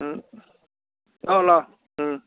ꯎꯝ ꯂꯥꯛꯑꯣ ꯂꯥꯛꯑꯣ ꯎꯝ